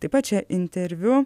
taip pat čia interviu